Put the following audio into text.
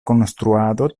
konstruado